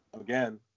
again